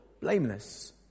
blameless